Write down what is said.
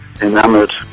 enamored